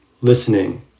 listening